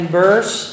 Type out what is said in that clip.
verse